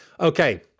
Okay